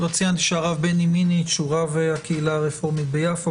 לא ציינתי שהרב בני מינץ הוא רב הקהילה הרפורמית ביפו,